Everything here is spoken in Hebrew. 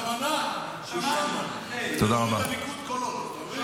זה בכוונה שהוא שם, כדי